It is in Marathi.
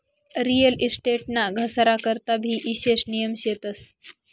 रियल इस्टेट ना घसारा करता भी ईशेष नियम शेतस